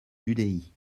l’udi